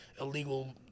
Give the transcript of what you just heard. illegal